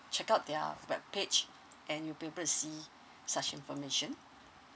check out their web page and you'll be able to see such information